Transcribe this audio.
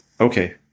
Okay